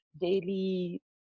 daily